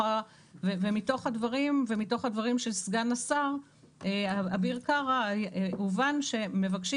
ומתוך הדברים של סגן השר אביר קארה הובן שמבקשים